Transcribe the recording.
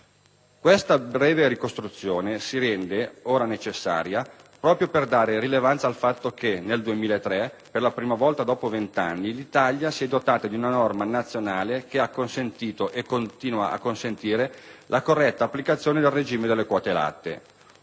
Questa breve ricostruzione si è resa necessaria proprio per dare rilevanza al fatto che, nel 2003, per la prima volta dopo venti anni, l'Italia si è dotata di una norma nazionale che ha consentito - e continua a consentire - la corretta applicazione del regime delle quote latte.